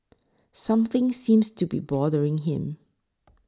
something seems to be bothering him